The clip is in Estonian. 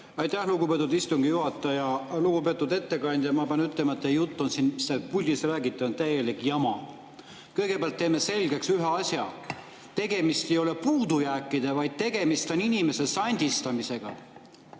Aitäh, lugupeetud istungi juhataja! Lugupeetud ettekandja! Ma pean ütlema, et teie jutt, mida te siin puldis räägite, on täielik jama. Kõigepealt teeme selgeks ühe asja: tegemist ei ole puudujääkidega, vaid tegemist on inimese sandistamisega.